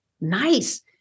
Nice